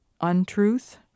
Untruth